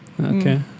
Okay